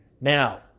Now